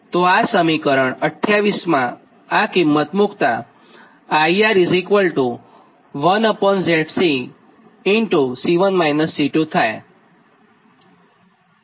તો સમીકરણ 28 માં આ કિંમત મુક્તા IR 1ZC થાય